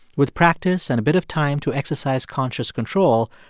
with practice and a bit of time to exercise conscious control,